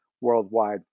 worldwide